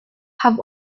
have